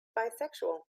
bisexual